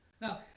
Now